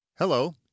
Hello